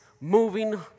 moving